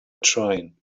train